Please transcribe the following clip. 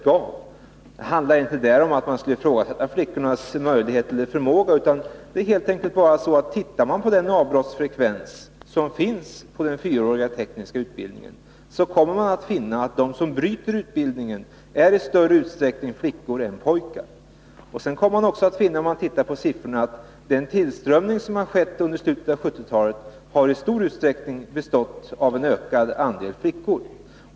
Jag ifrågasatte inte flickornas möjligheter eller förmåga att följa undervisningen, men den som studerar avbrottsfrekvensen vid den fyraåriga tekniska utbildningen finner att det i större utsträckning är flickor än pojkar som hoppar av. Siffrorna visar också att tillströmningen av elever till denna utbildning under slutet av 1970-talet till icke ringa del har bestått av en ökad andel flickor.